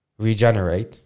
regenerate